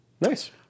Nice